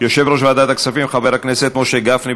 יושב-ראש ועדת הכספים חבר הכנסת משה גפני.